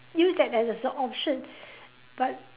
use that as a s~ option but